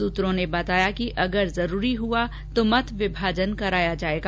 सूत्रों ने बताया कि अगर जरूरी हुआ तो मत विभाजन कराया जायेगा